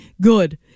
good